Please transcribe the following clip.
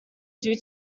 due